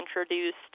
introduced